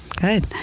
Good